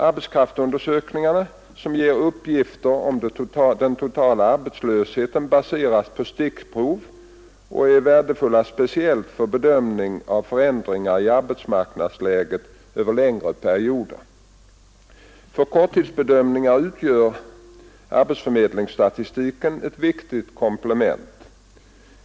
Arbetskraftsundersökningarna, som ger uppgifter om den totala arbetslösheten, baseras på stickprov och är värdefulla speciellt för bedömningen av förändringarna i arbetsmarknadsläget över längre perioder. För korttidsbedömningen utgör arbetsförmedlingsstatistiken ett viktigt komplement.